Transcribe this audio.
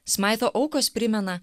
smaito aukos primena